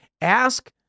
Ask